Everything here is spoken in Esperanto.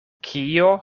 kio